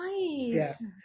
nice